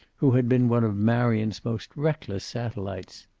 who had been one of marion's most reckless satellites.